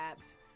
apps